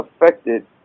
affected